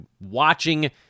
watching